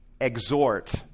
exhort